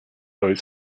always